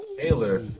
Taylor